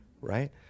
right